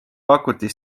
pakuti